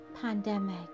pandemic